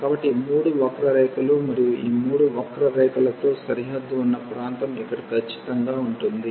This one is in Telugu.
కాబట్టి ఈ మూడు వక్రరేఖలు మరియు ఈ మూడు వక్రరేఖలతో సరిహద్దు ఉన్న ప్రాంతం ఇక్కడ ఖచ్చితంగా ఉంటుంది